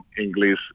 English